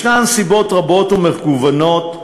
יש סיבות רבות ומגוונות,